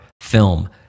film